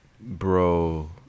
Bro